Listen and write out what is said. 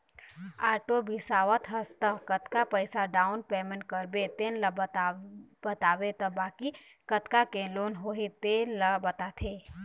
auto बिसावत हस त कतका पइसा डाउन पेमेंट करबे तेन ल बताबे त बाकी कतका के लोन होही तेन ल बताथे